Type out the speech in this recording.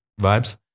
vibes